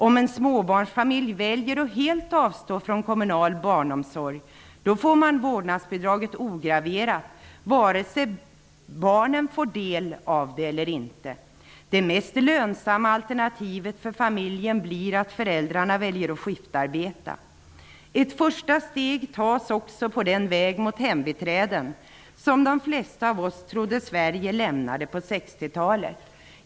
Om en småbarnsfamilj väljer att helt avstå från kommunal barnomsorg får man vårdnadsbidraget ograverat, oavsett om barnen får del av det eller inte. Det mest lönsamma alternativet för familjen blir att föräldrarna väljer att skiftarbeta. Ett första steg tas också på den väg mot hembiträden som de flesta av oss trodde att Sverige lämnade på 60-talet.